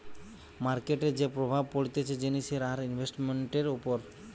মার্কেটের যে প্রভাব পড়তিছে জিনিসের আর ইনভেস্টান্টের উপর